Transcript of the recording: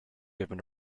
given